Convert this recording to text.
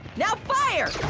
now fire!